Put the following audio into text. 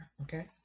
Okay